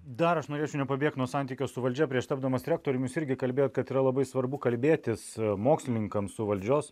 dar aš norėčiau nepabėgt nuo santykio su valdžia prieš tapdamas rektoriumi jūs irgi kalbėjot kad yra labai svarbu kalbėtis mokslininkams su valdžios